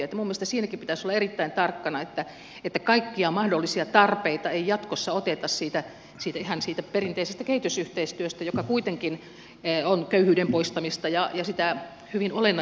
minun mielestäni siinäkin pitäisi olla erittäin tarkkana että kaikkia mahdollisia tarpeita ei jatkossa oteta ihan siitä perinteisestä kehitysyhteistyöstä joka kuitenkin on köyhyyden poistamista ja sitä hyvin olennaista työtä